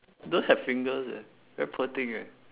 don't have fingers eh very poor thing eh